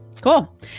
Cool